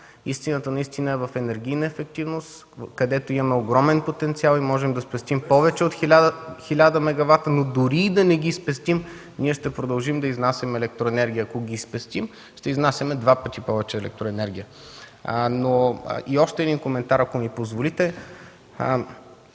Истината е в енергийна ефективност, където имаме огромен потенциал и можем да спестим повече от 1000 мегавата, но дори и да не ги спестим, ние ще продължим да изнасяме електроенергия. Ако ги спестим, ще изнасяме два пъти повече електроенергия. Ако ми позволите